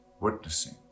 witnessing